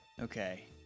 Okay